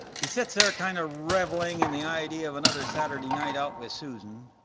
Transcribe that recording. he sits there ah kind of reveling in the idea of another saturday night out with susan.